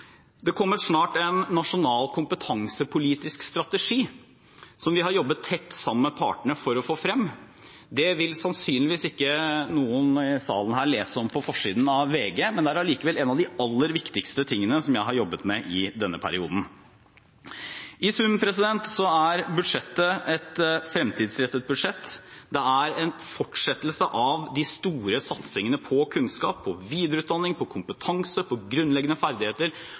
Det kommer snart en nasjonal kompetansepolitisk strategi, som vi har jobbet tett sammen med partene for å få frem. Det vil sannsynligvis ikke noen i salen her lese om på forsiden av VG, men det er allikevel en av de aller viktigste tingene jeg har jobbet med i denne perioden. I sum er budsjettet et fremtidsrettet budsjett. Det er en fortsettelse av de store satsingene på kunnskap, på videreutdanning, på kompetanse, på grunnleggende ferdigheter,